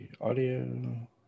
audio